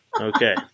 Okay